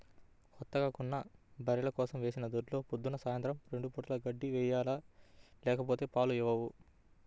కొత్తగా కొన్న బర్రెల కోసం వేసిన దొడ్లో పొద్దున్న, సాయంత్రం రెండు పూటలా గడ్డి వేయాలి లేకపోతే పాలు ఇవ్వవు